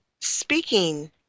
speaking